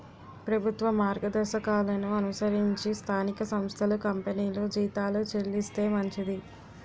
ప్రభుత్వ మార్గదర్శకాలను అనుసరించి స్థానిక సంస్థలు కంపెనీలు జీతాలు చెల్లిస్తే మంచిది